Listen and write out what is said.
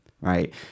right